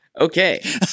Okay